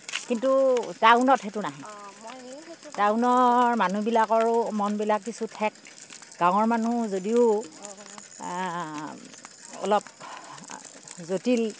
কিন্তু টাউনত সেইটো নাই টাউনৰ মানুহবিলাকৰো মনবিলাক কিছু ঠেক গাঁৱৰ মানুহ যদিও অলপ জটিল